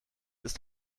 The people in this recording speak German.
ist